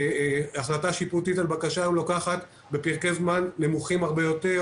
שהחלטה שיפוטית על בקשה לוקחת בפרקי זמן נמוכים הרבה יותר,